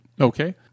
Okay